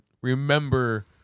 Remember